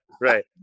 right